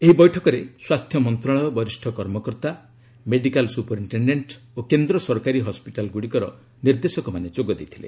ଏହି ବୈଠକରେ ସ୍ୱାସ୍ଥ୍ୟ ମନ୍ତ୍ରଣାଳୟ ବରିଷ୍ଠ କର୍ମକର୍ତ୍ତା ମେଡିକାଲ୍ ସ୍ରପରିଟେଶେଣ୍ଟ ଓ କେନ୍ଦ୍ର ସରକାରୀ ହସ୍କିଟାଲ୍ଗ୍ରଡ଼ିକର ନିର୍ଦ୍ଦେଶକମାନେ ଯୋଗ ଦେଇଥିଲେ